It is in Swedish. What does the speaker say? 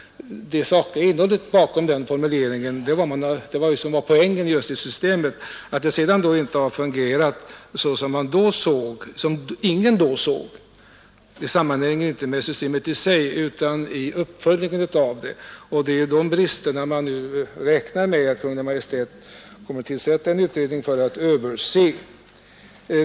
Det sakliga innehållet bakom den formuleringen var ju just det som var poängen i systemet. Att det sedan inte har fungerat som vi tänkt utan på ett sätt som ingen kunde förutse är inte systemets fel utan uppföljningen av systemet. Och det är de bristerna vi nu räknar med att Kungl. Maj:t skall tillsätta en utredning för att avhjälpa.